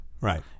Right